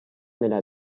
nella